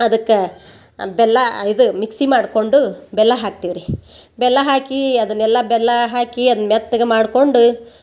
ಅದಕ್ಕೆ ಬೆಲ್ಲ ಇದು ಮಿಕ್ಸಿ ಮಾಡ್ಕೊಂಡು ಬೆಲ್ಲ ಹಾಕ್ತೀವಿ ರೀ ಬೆಲ್ಲ ಹಾಕಿ ಅದನ್ನೆಲ್ಲ ಬೆಲ್ಲ ಹಾಕಿ ಅದ್ನ ಮೆತ್ತಗೆ ಮಾಡ್ಕೊಂಡು